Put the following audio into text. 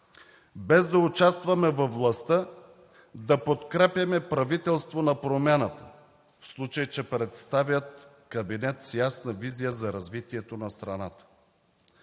без да участваме във властта, да подкрепяме правителство на промяната в, случай че представят кабинет с ясна визия за развитието на страната.